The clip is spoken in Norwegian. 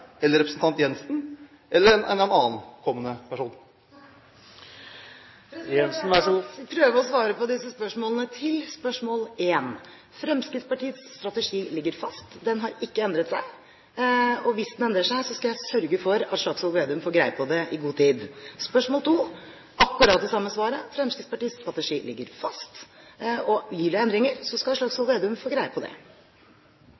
eller representanten Jensen, eller en annen kommende person? Jeg skal prøve å svare på disse spørsmålene. Til spørsmål 1: Fremskrittspartiets strategi ligger fast. Den har ikke endret seg, og hvis den endrer seg, skal jeg sørge for at Slagsvold Vedum får greie på det i god tid. Til spørsmål 2: Akkurat det samme svaret. Fremskrittspartiets strategi ligger fast, og blir det endringer, skal